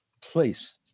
place